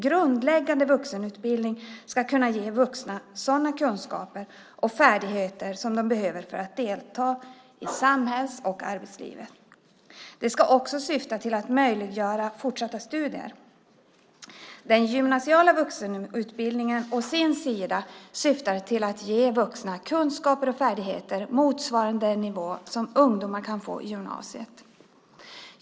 Grundläggande vuxenutbildning ska kunna ge vuxna sådana kunskaper och färdigheter som de behöver för att delta i samhälls och arbetslivet. Det ska också syfta till att möjliggöra fortsatta studier. Den gymnasiala vuxenutbildningen å sin sida syftar till att ge vuxna kunskaper och färdigheter motsvarande en nivå som ungdomar kan få i gymnasiet.